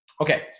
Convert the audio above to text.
Okay